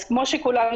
אז כמו שכולם